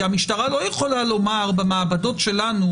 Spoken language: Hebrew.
כי המשטרה לא יכולה לומר: במעבדות שלנו